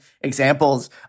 examples